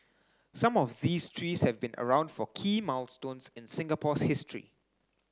some of these trees have been around for key milestones in Singapore's history